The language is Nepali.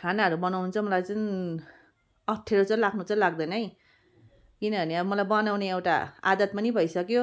खानाहरू बनाउनु चाहिँ मलाई चाहिँ अप्ठ्यारो चाहिँ लाग्नु चाहिँ लाग्दैन है किनभने अब मलाई बनाउने एउटा आदत पनि भइसक्यो